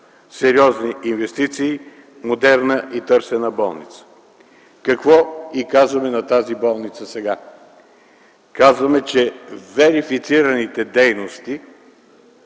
сериозни инвестиции, модерна и търсена болница. Какво казваме на тази болница сега? Казваме, че верифицираните дейности,